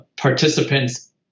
participants